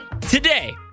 today